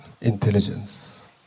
intelligence